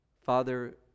Father